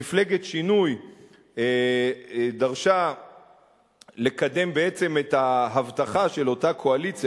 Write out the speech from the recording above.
מפלגת שינוי דרשה לקדם בעצם את ההבטחה של אותה קואליציה,